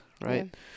right